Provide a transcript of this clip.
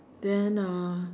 then uh